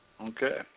Okay